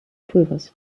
pulvers